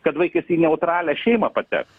kad vaikas į neutralią šeimą pateks